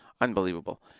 Unbelievable